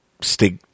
stick